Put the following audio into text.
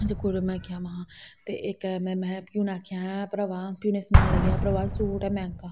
एहदे कोल में आखेआ में हा ते इक है में उनें आखेआ भ्रावा सूट ऐ मैंहगा